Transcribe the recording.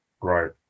right